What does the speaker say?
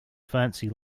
fancy